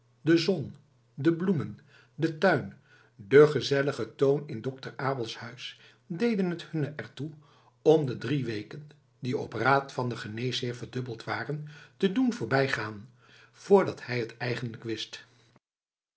de zon de bloemen de tuin de gezellige toon in dokter albels huis deden het hunne er toe om de drie weken die op raad van den geneesheer verdubbeld waren te doen voorbijgaan voordat hij het eigenlijk wist